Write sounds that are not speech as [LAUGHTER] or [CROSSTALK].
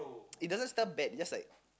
[NOISE] it doesn't smell bad it's just like